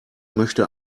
möchte